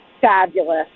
fabulous